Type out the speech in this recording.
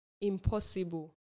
impossible